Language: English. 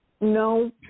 No